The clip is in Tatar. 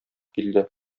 килде